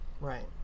Right